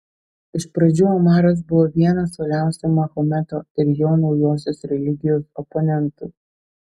iš pradžių omaras buvo vienas uoliausių mahometo ir jo naujosios religijos oponentų